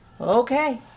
Okay